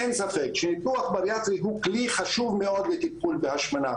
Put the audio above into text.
אין ספק שניתוח בריאטרי הוא כלי חשוב מאוד לטיפול בהשמנה.